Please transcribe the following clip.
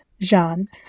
Jean